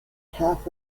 half